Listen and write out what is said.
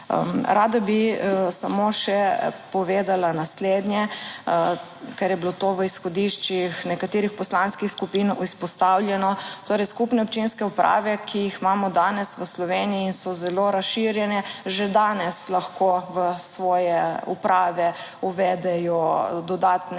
Rada bi samo še povedala naslednje, ker je bilo to v izhodiščih nekaterih poslanskih skupin izpostavljeno. Torej skupne občinske uprave, ki jih imamo danes v Sloveniji in so zelo razširjene, že danes lahko v svoje uprave uvedejo dodatne